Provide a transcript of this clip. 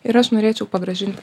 ir aš norėčiau pagrąžint